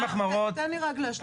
תן לי רק להשלים.